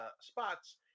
spots